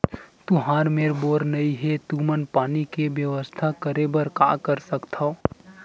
तुहर मेर बोर नइ हे तुमन पानी के बेवस्था करेबर का कर सकथव?